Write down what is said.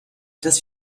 dass